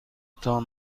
تان